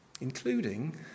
including